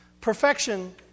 Perfection